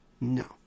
No